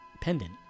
pendant